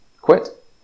Quit